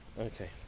Okay